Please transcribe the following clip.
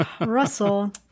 Russell